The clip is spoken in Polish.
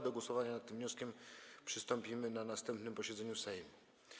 Do głosowania nad tym wnioskiem przystąpimy na następnym posiedzeniu Sejmu.